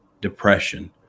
depression